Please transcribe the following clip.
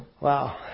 Wow